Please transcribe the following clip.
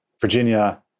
Virginia